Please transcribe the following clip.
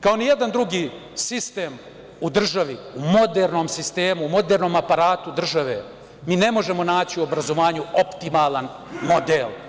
kao nijedan drugi sistem u državi, modernom sistemu, modernom aparatu države, mi ne možemo naći u obrazovanju optimalan model.